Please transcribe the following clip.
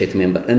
member